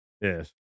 Yes